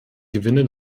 gewinne